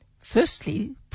Firstly